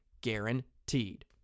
guaranteed